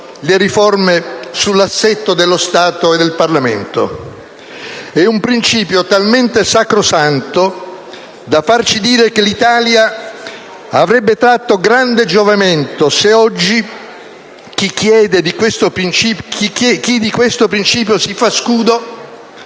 le riforme sull'assetto dello Stato e del Parlamento. È un principio talmente sacrosanto da farci dire che l'Italia avrebbe tratto grande giovamento se oggi chi di questo principio si fa scudo